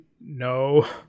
no